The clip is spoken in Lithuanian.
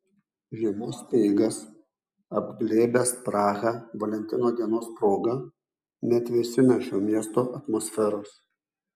žiemos speigas apglėbęs prahą valentino dienos proga neatvėsina šio miesto atmosferos